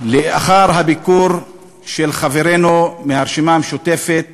לאחר הביקור של חברינו מהרשימה המשותפת